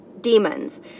demons